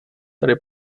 tady